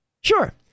Sure